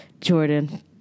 Jordan